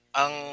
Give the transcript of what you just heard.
ang